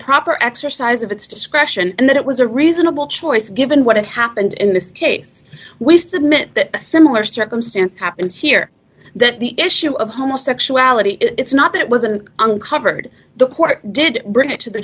proper exercise of its discretion and that it was a reasonable choice given what happened in this case we submit that a similar circumstance happens here that the issue of homosexuality it's not that it wasn't uncovered the court did bring it to the